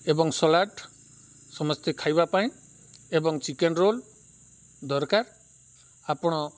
ଏବଂ ସଲାଡ଼ ସମସ୍ତେ ଖାଇବା ପାଇଁ ଏବଂ ଚିକେନ୍ ରୋଲ୍ ଦରକାର ଆପଣ